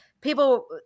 people